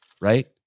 right